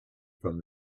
from